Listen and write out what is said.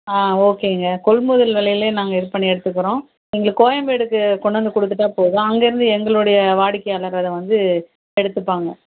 ஆ ஓகேங்க கொள்முதல் விலையிலே நாங்கள் இது பண்ணி எடுத்துக்கிறோம் எங்களுக்கு கோயம்பேடுக்கு கொண்டாந்து கொடுத்துட்டா போதும் அங்கேயிருந்து எங்களுடைய வாடிக்கையாளர்கள வந்து எடுத்துப்பாங்கள்